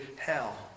hell